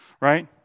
right